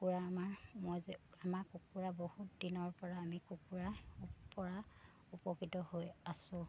কুকুৰা আমাৰ মই যে আমাৰ কুকুৰা বহুত দিনৰ পৰা আমি কুকুৰা পৰা উপকৃত হৈ আছোঁ